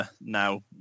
now